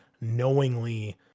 knowingly